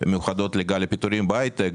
מיוחדות לגל הפיטורים בהייטק.